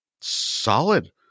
solid